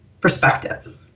perspective